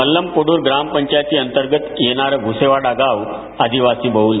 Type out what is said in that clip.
मल्लमपोडूर ग्रामपंचायतींतर्गत येणारं भुसेवाडा गाव आदिवासीबह्ल